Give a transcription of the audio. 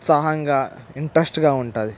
ఉత్సాహంగా ఇంటరెస్ట్గా ఉంటుంది